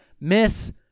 Miss